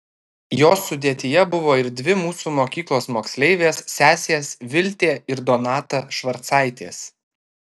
jos sudėtyje buvo ir dvi mūsų mokyklos moksleivės sesės viltė ir donata švarcaitės